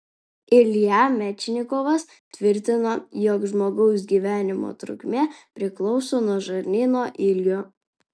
ilja mečnikovas tvirtino jog žmogaus gyvenimo trukmė priklauso nuo žarnyno ilgio